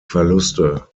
verluste